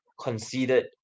conceded